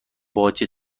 باجه